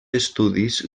estudis